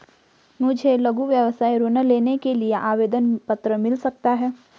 मुझे लघु व्यवसाय ऋण लेने के लिए आवेदन पत्र मिल सकता है?